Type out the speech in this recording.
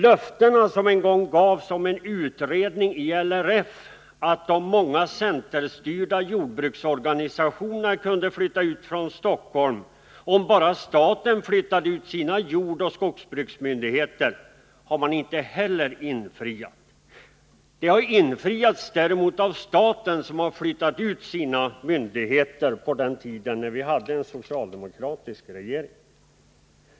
Löftena som en gång gavs om en utredning i LRF med syfte att flytta ut de många centerstyrda jordbruksorganisationerna från Stockholm, om bara staten flyttade ut sina jordoch skogsbruksmyndigheter, har inte heller infriats. Däremot har löftena uppfyllts av staten, som flyttade ut sina myndigheter på den tiden då vi hade en socialdemokratisk regering.